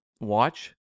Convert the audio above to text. watch